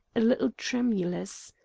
a little tremulous.